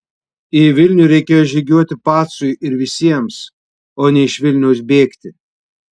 į vilnių reikėjo žygiuoti pacui ir visiems o ne iš vilniaus bėgti